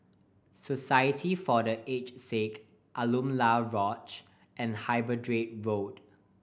Society for The Aged Sick Alaunia Lodge and Hyderabad Road